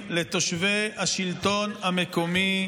מתערבים לתושבי הרשות המקומית,